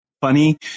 funny